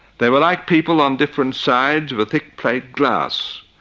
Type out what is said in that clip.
they were like people on different sides of a thick plate glass,